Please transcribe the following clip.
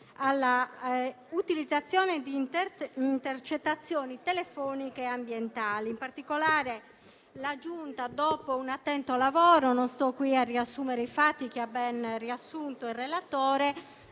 all'utilizzazione di intercettazioni telefoniche e ambientali. In particolare, la Giunta, dopo un attento lavoro (non sto qui a narrare i fatti che ha ben riassunto il relatore),